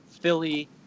Philly